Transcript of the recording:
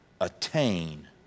attain